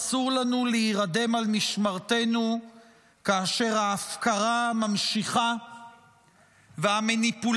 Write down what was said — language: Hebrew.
אסור לנו להירדם על משמרתנו כאשר ההפקרה ממשיכה והמניפולציות